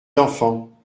d’enfants